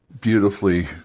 beautifully